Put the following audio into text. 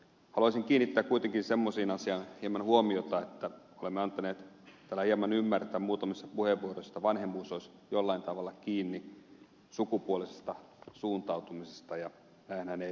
haluaisin kiinnittää kuitenkin semmoiseen asiaan hieman huomiota että olemme antaneet täällä hieman ymmärtää muutamissa puheenvuoroissa että vanhemmuus olisi jollain tavalla kiinni sukupuolisesta suuntautumisesta ja näinhän ei ole